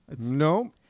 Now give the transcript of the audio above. No